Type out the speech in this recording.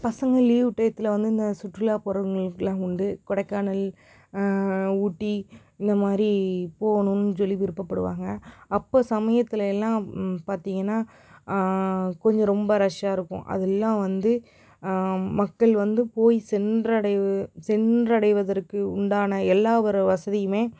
பசங்கள் லீவு டயத்துல வந்து இந்த சுற்றுலா போறவங்களுக்குலான் உண்டு கொடைக்கானல் ஊட்டி இந்த மாதிரி போகணுன்னு சொல்லி விருப்பப்படுவாங்க அப்ப சமயத்தில் எல்லாம் பார்த்தீங்கனா கொஞ்ச ரொம்ப ரஷ்ஷாக இருக்கும் அதிலலான் வந்து மக்கள் வந்து போய் சென்றடைய சென்றடைவதற்கு உண்டான எல்லா ஒரு வசதியுமே